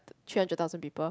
three hundred thousand people